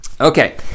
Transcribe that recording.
okay